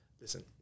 listen